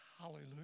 Hallelujah